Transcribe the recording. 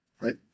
right